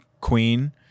queen